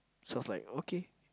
sounds like okay